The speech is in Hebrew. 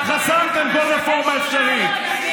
צריכה להיות לפתוח כמה שיותר את המשק לתחרות,